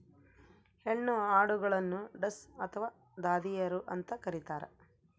ಹೆಣ್ಣು ಆಡುಗಳನ್ನು ಡಸ್ ಅಥವಾ ದಾದಿಯರು ಅಂತ ಕರೀತಾರ